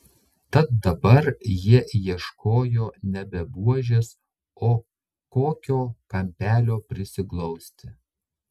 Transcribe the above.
tad dabar jie ieškojo nebe buožės o kokio kampelio prisiglausti